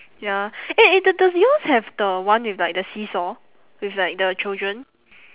ya eh eh d~ does yours have the one with like the seesaw with like the children